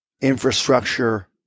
infrastructure